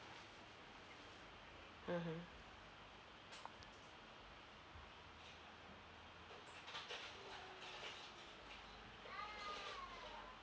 mmhmm